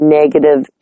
negative